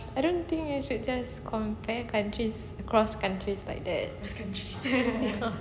I don't think we should just compare countries across countries like that